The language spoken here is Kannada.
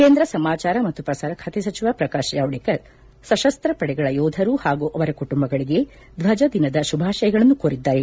ಕೇಂದ್ರ ಸಮಾಜಾರ ಮತ್ತು ಪ್ರಸಾರ ಖಾತೆ ಸಚಿವ ಪ್ರಕಾಶ್ ಜಾವಡೇಕರ್ ಸಶಸ್ತ ವಡೆಗಳ ಯೋಧರು ಹಾಗೂ ಅವರ ಕುಟುಂಬಗಳಿಗೆ ದ್ವಜ ದಿನದ ಶುಭಾಶಯಗಳನ್ನು ಕೋರಿದ್ದಾರೆ